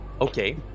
Okay